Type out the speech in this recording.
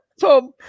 Tom